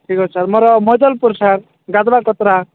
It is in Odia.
ଠିକ୍ ଅଛି ମୋର ମଇଦଲ୍ପୁର୍ ସାର୍